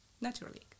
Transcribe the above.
naturally